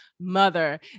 mother